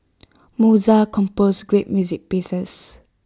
Mozart composed great music pieces